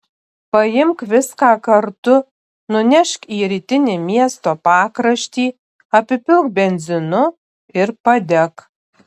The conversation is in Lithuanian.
paimk viską kartu nunešk į rytinį miesto pakraštį apipilk benzinu ir padek